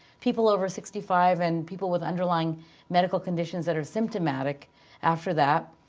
people over sixty five and people with underlying medical conditions that are symptomatic after that,